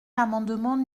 l’amendement